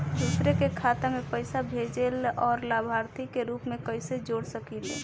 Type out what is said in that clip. दूसरे के खाता में पइसा भेजेला और लभार्थी के रूप में कइसे जोड़ सकिले?